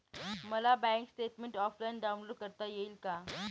मला bank statement offline download करता येईल का?